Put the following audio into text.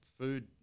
food